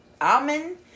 Almond